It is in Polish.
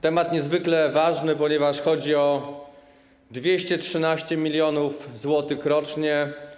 Temat jest niezwykle ważny, ponieważ chodzi o 213 mln zł rocznie.